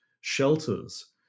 shelters